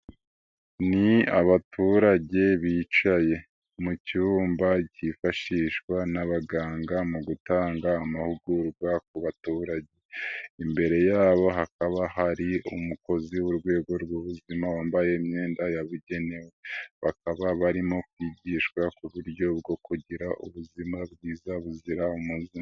Ni abaturage bicaye mu cyumba cyifashishwa n'abaganga mu gutanga amahugurwa ku baturage. Imbere yabo hakaba hari umukozi w'urwego rw'ubuzima wambaye imyenda yabugenewe. Bakaba barimo kwigishwa uburyo bwo kugira ubuzima bwiza buzira umuze.